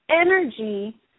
energy